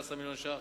16 מיליון ש"ח,